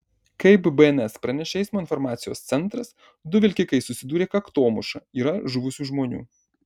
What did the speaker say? kaip bns pranešė eismo informacijos centras du vilkikai susidūrė kaktomuša yra žuvusių žmonių